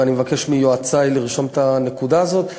ואני מבקש מיועצי לרשום את הנקודה הזאת.